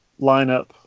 lineup